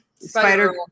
spider